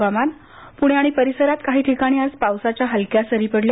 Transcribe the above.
हवामान पुणे आणि परिसरात काही ठिकाणी आज पावसाच्या हलक्या सरी पडल्या